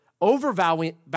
overvaluing